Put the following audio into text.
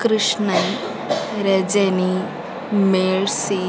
Krishnan Rajani Mercy